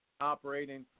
operating